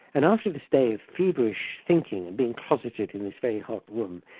and after this day of feverish thinking and being closeted in this very hot room,